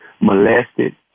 molested